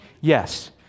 yes